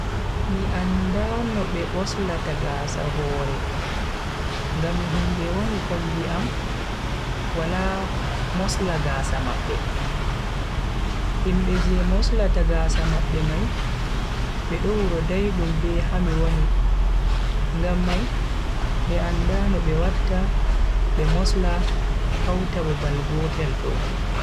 Mi anda no be moslata gaasa hore, ngam himbe woni kombi am wala mosla gasa mabbe. himbe je moslata gaasa mabbe mai bedo wuro daidum be ha mi woni ngam mai mi anda no be watta be mosla hauta babal gotel do.